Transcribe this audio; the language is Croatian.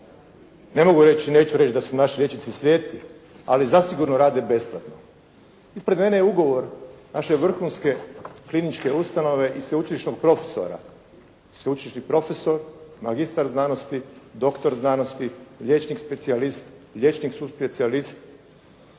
Ne mogu reći neću reći da su naši liječnici sveci, ali zasigurno rade besplatno. Ispred mene je ugovor naše vrhunske kliničke ustanove i sveučilišnog profesora. Sveučilišni profesor, magistar znanosti, doktor znanosti, liječnik specijalist, liječnik suspecijalist,